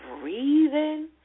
breathing